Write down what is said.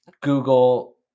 Google